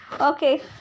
okay